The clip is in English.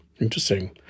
Interesting